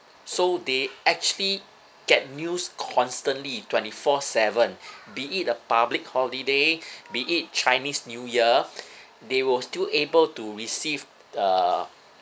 so they actually get news constantly twenty four seven be it a public holiday be it chinese new year they will still able to receive uh